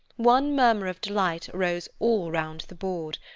one murmur of delight arose all round the board,